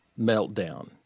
meltdown